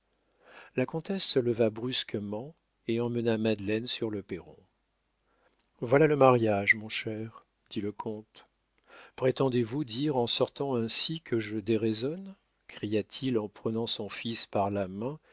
la comtesse se leva brusquement et emmena madeleine sur le perron voilà le mariage mon cher dit le comte prétendez-vous dire en sortant ainsi que je déraisonne cria-t-il en prenant son fils par la main